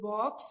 Box